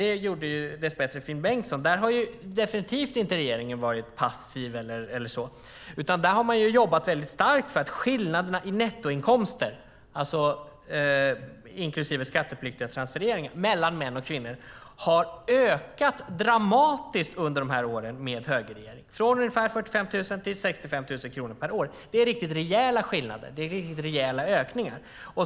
Det gjorde dess bättre Finn Bengtsson. Där har regeringen definitivt inte varit passiv utan där har regeringen jobbat starkt så att skillnaderna i nettoinkomster, inklusive skattepliktiga transfereringar, mellan män och kvinnor har ökat dramatiskt under dessa år, från ungefär 45 000 till 65 000 kronor per år. Det är riktigt rejäla skillnader. Det är rejäla ökningar.